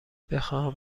بخواهم